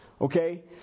Okay